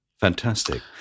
fantastic